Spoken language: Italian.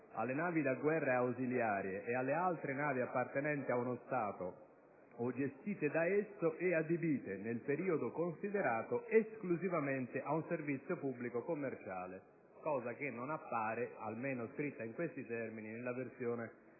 alle navi da guerra ausiliarie e alle altre navi appartenenti ad uno Stato o gestite da esso e adibite, nel periodo considerato, esclusivamente ad un servizio pubblico commerciale», cosa che non appare, almeno scritta in questi termini, nella versione